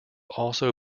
also